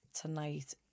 tonight